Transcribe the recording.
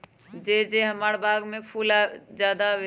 जे से हमार बाग में फुल ज्यादा आवे?